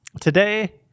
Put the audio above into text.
today